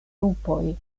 lupoj